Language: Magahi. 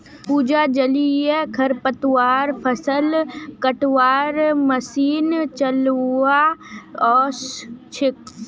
पूजाक जलीय खरपतवार फ़सल कटवार मशीन चलव्वा ओस छेक